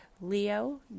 Leo